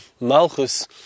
Malchus